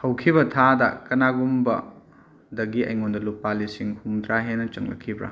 ꯍꯧꯈꯤꯕ ꯊꯥꯗ ꯀꯅꯥꯒꯨꯝꯕ ꯗꯒꯤ ꯑꯩꯉꯣꯟꯗ ꯂꯨꯄꯥ ꯂꯤꯁꯤꯡ ꯍꯨꯝꯗ꯭ꯔꯥ ꯍꯦꯟꯅ ꯆꯪꯂꯛꯈꯤꯕ꯭ꯔꯥ